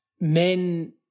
men